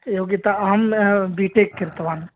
योग्यता अहं बिटेक् कृतवान्